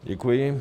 Děkuji.